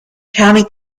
county